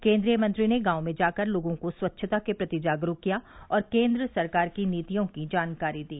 केंद्रीय मंत्री ने गांवों में जाकर लोगों को स्वच्छता के प्रति जागरूक किया और केंद्र सरकार की नीतियों की जानकारी दी